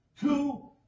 two